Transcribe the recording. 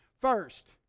First